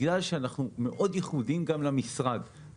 בגלל שאנחנו מאוד ייחודיים גם למשרד.